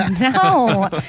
No